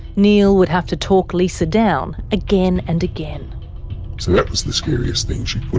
neil would have to talk lisa down, again and again. so that was the scariest thing. she'd put